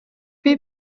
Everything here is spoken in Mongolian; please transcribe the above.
бие